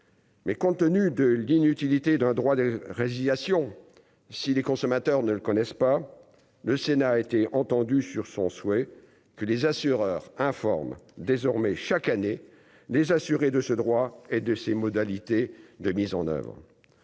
mais compte tenu de l'inutilité d'un droit de résiliation si les consommateurs ne le connaissent pas le Sénat, a été entendu sur son souhait que les assureurs informe désormais chaque année les assurés de ce droit et de ses modalités de mise en oeuvre